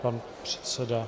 Pan předseda.